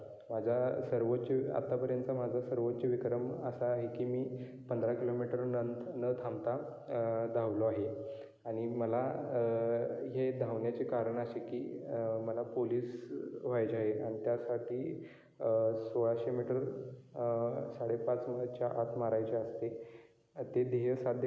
कमजोर बनवतात त्यामुळे इनडोर खेळ तर तितकेच म महत्वाचे आहेत त्याचप्रमाणे आउटडोर खेळ पण खेळले पाहिजे आहेत आउटडोर खेळामध्ये मैदानी खेळ माणसाला तणावमुक्त ठेवतात आपल्या आयुष्यांमध्ये किती पण ताणतणाव असला तरी आउटडोर खेळांमुळे माणूस तणाव मुक्त राहतो आणि तणावमुक्त राहतो आणि